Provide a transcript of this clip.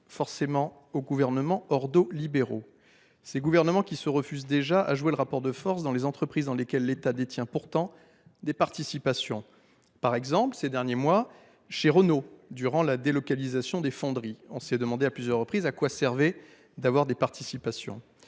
forcément aux gouvernements ordolibéraux, ces gouvernements qui se refusent déjà à jouer le rapport de force au sein des entreprises dans lesquelles l’État détient pourtant des participations. Je pense, par exemple, à ce qu’on a observé ces derniers mois chez Renault, avec la délocalisation des fonderies : on s’est demandé à plusieurs reprises à quoi cela servait d’avoir des participations.